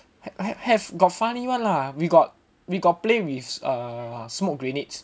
have got funny one lah we got we got play with err smoke grenades